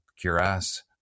cuirass